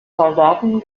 soldaten